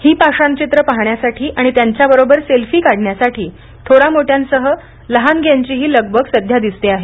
ही पाषाण चित्र पाहण्यासाठी आणि त्यांच्याबरोबर सेल्फी काढण्यासाठी थोरामोठ्यांसह लहानग्यांचीही लगबगही सध्या दिसते आहे